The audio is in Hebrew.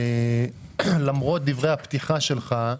למרות דברי הפתיחה שלך,